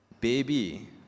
baby